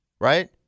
Right